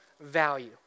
value